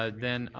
ah then